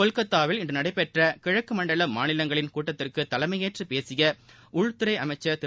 கொல்கத்தாவில் இன்று நடைபெற்ற கிழக்குமண்டல மாநிலங்களின் கூட்டத்திற்கு தலைமையேற்று பேசிய உள்துறை அமைச்சர் திரு